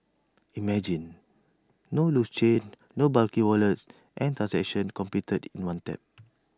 imagine no loose change no bulky wallets and completed in one tap